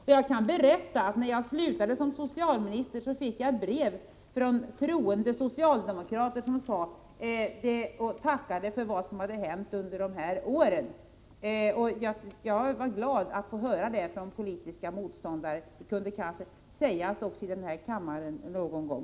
Jag kan berätta att när jag slutade som socialminister fick jag brev från troende socialdemokrater som tackade för det som hade hänt under de här åren. Jag var glad att få höra det från politiska motståndare. Det kunde kanske också sägas i den här kammaren någon gång.